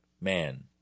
man